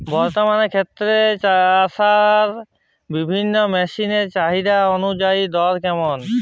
বর্তমানে ক্ষেত চষার বিভিন্ন মেশিন এর চাহিদা অনুযায়ী দর কেমন?